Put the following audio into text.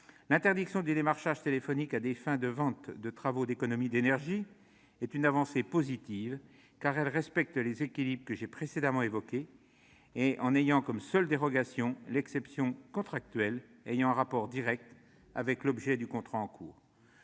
l'interdiction du démarchage téléphonique à des fins de vente de travaux d'économies d'énergie est une avancée positive, car elle respecte les équilibres que j'ai précédemment évoqués, la seule dérogation acceptée étant l'exception contractuelle ayant un rapport direct avec l'objet du contrat en cours.